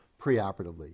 preoperatively